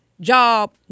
job